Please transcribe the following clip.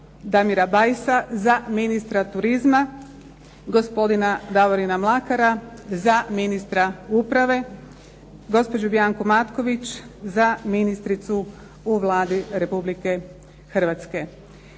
DAMIRA BAJSA za ministra turizma, Gospodina DAVORINA MLAKARA za ministra uprave, Gospođu BIANCU MATKOVIĆ za ministricu u Vladi Republike Hrvatske.